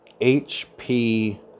HP